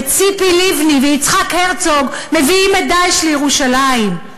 וציפי לבני ויצחק הרצוג מביאים את "דאעש" לירושלים.